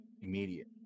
immediate